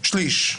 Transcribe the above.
שליש.